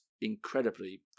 incredibly